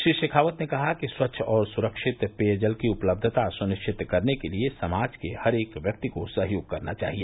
श्री शेखावत ने कहा कि स्वच्छ और सुरक्षित पेयजल की उपलब्धता सुनिश्चित करने के लिए समाज के हरएक व्यक्ति को सहयोग करना चाहिए